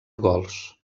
gols